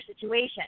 situation